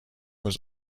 was